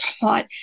taught